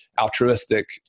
altruistic